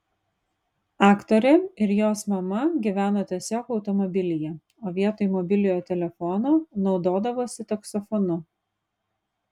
aktorė ir jos mama gyveno tiesiog automobilyje o vietoj mobiliojo telefono naudodavosi taksofonu